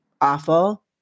awful